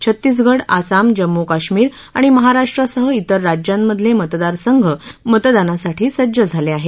छत्तीसगढ आसाम जम्मू कश्मीर आणि महाराष्ट्रसह त्वर राज्यांमधले मतदारसंघ मतदानासाठी सज्ज झाले आहेत